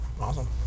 Awesome